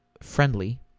friendly